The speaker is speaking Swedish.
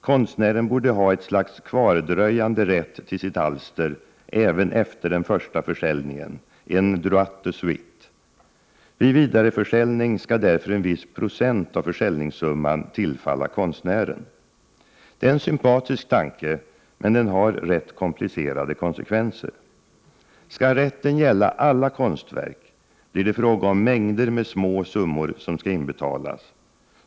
Konstnären borde ha ett slags kvardröjande rätt till sitt alster även efter den första försäljningen, en ”droit de suite”. Vid vidareförsäljning skall därför en viss procent av försäljningssumman tillfalla konstnären. Det är en sympatisk tanke, men den har rätt komplicerade konsekvenser. Skall rätten gälla alla konstverk, blir det fråga om mängder med små summor som skall inbetalas.